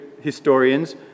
historians